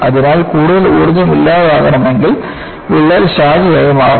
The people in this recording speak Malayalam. അതിനാൽ കൂടുതൽ ഊർജ്ജം ഇല്ലാതാകണമെങ്കിൽ വിള്ളൽ ശാഖയായി മാറണം